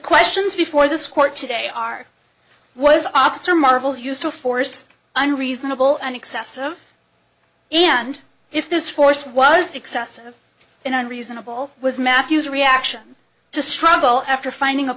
questions before this court today are was officer marvel's use of force and reasonable and excessive and if this force was excessive in a reasonable was matthew's reaction to struggle after finding a